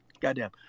Goddamn